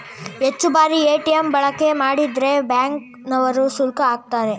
ಹೆಚ್ಚು ಬಾರಿ ಎ.ಟಿ.ಎಂ ಬಳಕೆ ಮಾಡಿದ್ರೆ ಬ್ಯಾಂಕ್ ನವರು ಶುಲ್ಕ ಆಕ್ತರೆ